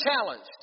challenged